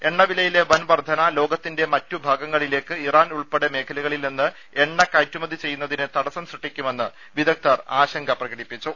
എണ്ണവിലയിലെ വൻ വർദ്ധന ലോകത്തിന്റെ മറ്റുഭാഗങ്ങളിലേക്ക് ഇറാൻ ഉൾപ്പെടെ മേഖലകളിൽ നിന്ന് എണ്ണ കയറ്റുമതി ചെയ്യുന്നതിന് തടസ്സം സൃഷ്ടിക്കുമെന്ന് വിദഗ്ദ്ധർ ആശങ്ക പ്രകടിപ്പിച്ചു